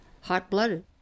hot-blooded